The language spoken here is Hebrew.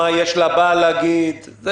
מה יש לבעל להגיד,